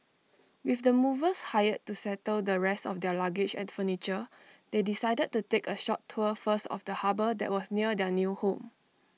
with the movers hired to settle the rest of their luggage and furniture they decided to take A short tour first of the harbour that was near their new home